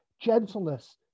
gentleness